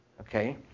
okay